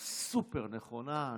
סופר-נכונה.